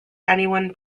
anyone